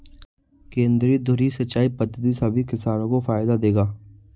केंद्रीय धुरी सिंचाई पद्धति सभी किसानों को फायदा देगा